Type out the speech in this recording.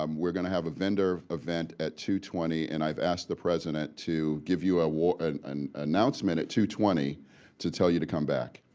um we're going to have a vendor event at two twenty, and i've asked the president to give you ah an an announcement at two twenty to tell you to come back.